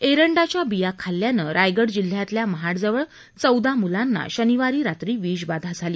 एरंडाच्या बिया खाल्ल्याने रायगड जिल्ह्यातल्या महाडजवळ चौदा मुलांना शनिवारी रात्री विषबाधा झाली